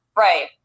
right